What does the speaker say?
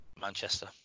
Manchester